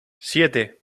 siete